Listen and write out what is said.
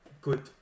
good